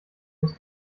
muss